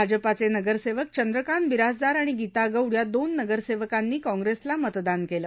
भाजपाचे नगरसेवक चंद्रकांत बिराजदार आणि गिता गौड या दोन नगरसेवकांना क्रॉंग्रेसला मतदान केलं